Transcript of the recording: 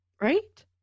Right